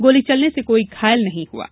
गोली चलने से कोई घायल नहीं हुआ है